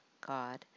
God